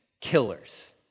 killers